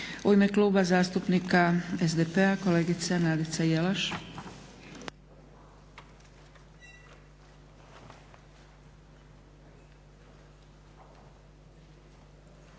U ime Kluba zastupnika SDP-a kolegica Nadica Jelaš.